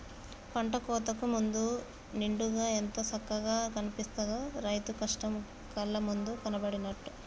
పంట కోతకు ముందు నిండుగా ఎంత సక్కగా కనిపిత్తదో, రైతు కష్టం కళ్ళ ముందు కనబడినట్టు